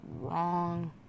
Wrong